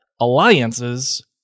alliances